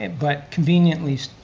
and but conveniently,